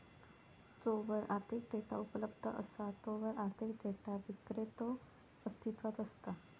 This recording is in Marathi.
जोवर आर्थिक डेटा उपलब्ध असा तोवर आर्थिक डेटा विक्रेतो अस्तित्वात असता